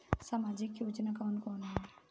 सामाजिक योजना कवन कवन ह?